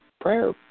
prayer